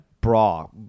bra